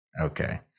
Okay